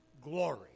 glory